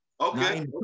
Okay